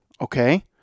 okay